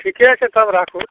ठीके छै तब राखू